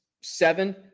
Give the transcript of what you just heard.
seven